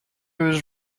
was